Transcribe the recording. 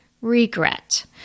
Regret